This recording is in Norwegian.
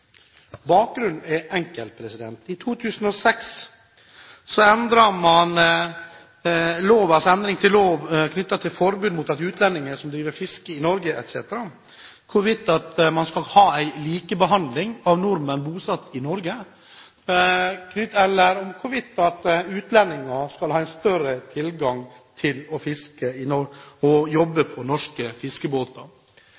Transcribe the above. Bakgrunnen er enkel. I 2006 endret man loven knyttet til forbud mot at utlendinger driver fiske i Norge etc. Spørsmålet er hvorvidt man skal ha en likebehandling av nordmenn bosatt i Norge, eller om utlendinger skal ha en større tilgang til å fiske og jobbe